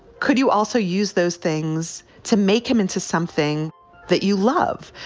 could you also use those things to make him into something that you love?